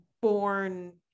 born